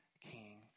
King